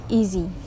easy